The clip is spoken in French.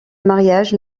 mariage